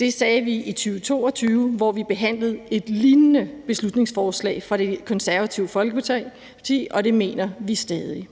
Det sagde vi også i 2022, hvor vi behandlede et lignende beslutningsforslag fra Det Konservative Folkeparti, og det mener vi stadig.